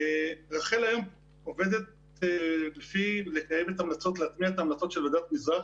רח"ל היום עובדת להטמיע את ההמלצות של ועדת מזרחי,